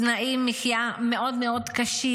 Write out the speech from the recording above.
תנאי מחיה מאוד מאוד קשים.